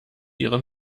ihren